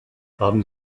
haben